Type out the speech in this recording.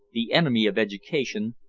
the enemy of education,